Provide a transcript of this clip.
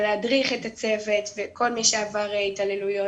ולהדריך את הצוות ואת כל מי שעבר התעללויות.